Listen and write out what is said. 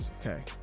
Okay